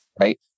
right